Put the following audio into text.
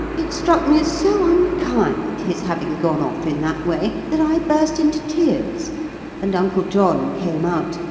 it struck me as so unkind, his having gone off in that way, that i burst into tears and uncle john came out,